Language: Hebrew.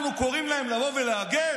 אנחנו קוראים להם לבוא ולהגן?